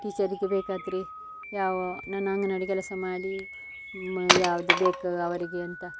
ಟೀಚರಿಗೆ ಬೇಕಾದರೆ ಯಾವ ನನ್ನ ಅಂಗನವಾಡಿ ಕೆಲಸ ಮಾಡಿ ಮ ಯಾವುದು ಬೇಕು ಅವರಿಗೆ ಅಂತ